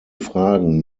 fragen